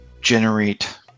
generate